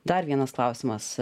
dar vienas klausimas